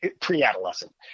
Pre-adolescent